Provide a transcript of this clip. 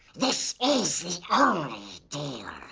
this is the only deal.